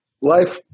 life